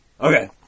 Okay